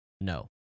No